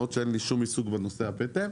למרות שאין לי שום עיסוק בנושא הפטם,